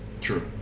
True